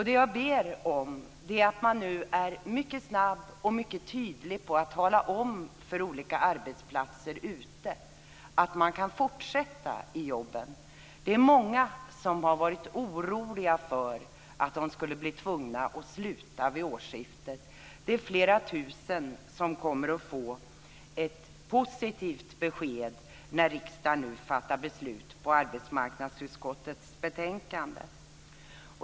Det jag ber om är att man nu är mycket snabb och mycket tydlig med att tala om för olika arbetsplatser att man kan fortsätta i jobben. Det är många som har varit oroliga för att de skulle bli tvungna att sluta vid årsskiftet. Det är flera tusen som kommer att få ett positivt besked när riksdagen nu fattar beslut om arbetsmarknadsutskottets betänkande.